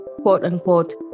quote-unquote